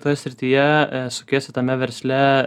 toje srityje sukiesi tame versle